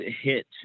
hit